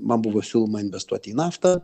man buvo siūloma investuot į naftą